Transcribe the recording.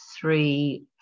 three